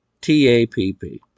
T-A-P-P